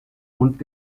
und